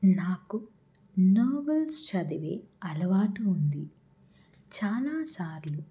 నాకు నొవెల్స్ చదివే అలవాటు ఉంది చాలా సార్లు